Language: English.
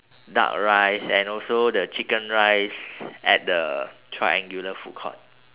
duck rice and also the chicken rice at the triangular food court